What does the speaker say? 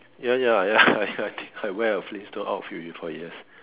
ya ya ya ya ya I wear a Flinstone before yes